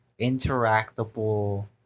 interactable